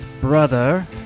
brother